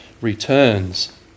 returns